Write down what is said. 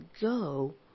go